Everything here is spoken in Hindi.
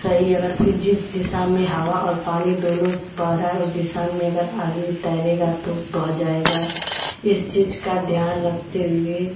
सही अगर फिर जिस दिशा में हवा और पानी दोनों बह रहा है उस दिशा में अगर आदमी तैरेगा तो बह जाएगा इस चीज़ का ध्यान रखते हुए